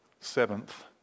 seventh